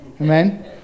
Amen